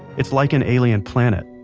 it's like an alien planet,